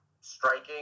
striking